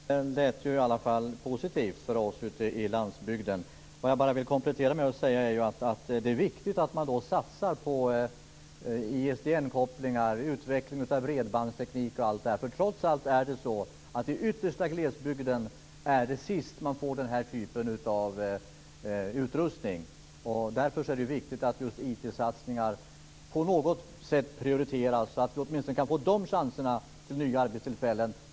Fru talman! Tack för detta! Det lät i alla fall positivt för oss ute i landsbygden. Jag vill bara komplettera med att säga att det är viktigt att man satsar på ISDN-kopplingar, utveckling av bredbandsteknik och allt detta. I den yttersta glesbygden får man trots allt den här typen av utrustning sist. Det är viktigt att just IT-satsningar prioriteras. Då kan vi åtminstone få de chanserna till nya arbetstillfällen.